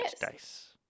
dice